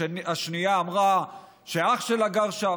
השנייה אמרה שאח שלה גר שם.